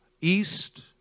east